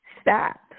Stop